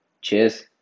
cheers